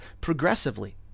progressively